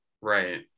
right